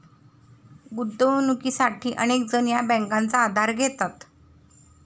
गुंतवणुकीसाठी अनेक जण या बँकांचा आधार घेतात